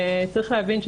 יש להבין,